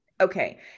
okay